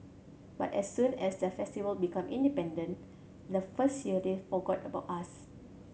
but as soon as the Festival become independent the first year they forgot about us